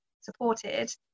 supported